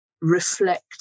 reflect